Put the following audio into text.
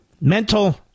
mental